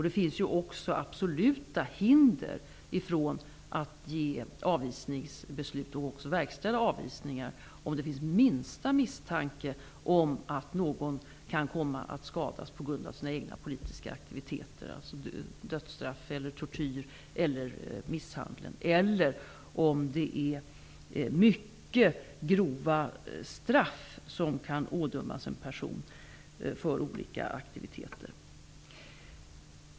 Det är ett absolut hinder mot att komma med ett avvisningsbeslut eller att verkställa avvisningar om det finns minsta misstanke om att någon kan komma att skadas på grund av sina egna politiska aktiviteter. Det gäller om någon hotas av dödsstraff, tortyr, misshandel eller om ett mycket grovt straff kan ådömas personen för olika aktiviteter.